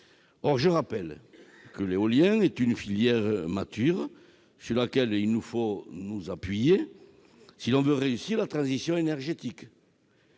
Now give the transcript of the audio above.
Or je rappelle que l'éolien est une filière mature sur laquelle nous devons nous appuyer si nous voulons réussir la transition énergétique